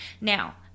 now